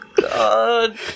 God